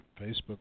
Facebook